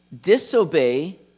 disobey